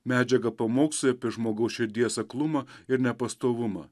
medžiagą pamokslui apie žmogaus širdies aklumą ir nepastovumą